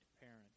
parent